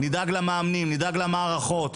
נדאג למאמנים, נדאג למערכות.